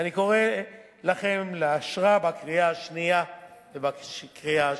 ואני קורא לכם לאשרה בקריאה השנייה ובקריאה השלישית.